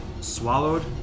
swallowed